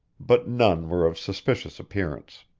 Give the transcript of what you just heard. but none were of suspicious appearance.